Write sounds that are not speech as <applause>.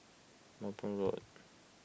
<unintelligible> Road